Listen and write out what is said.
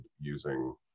using